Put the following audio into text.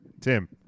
Tim